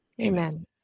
amen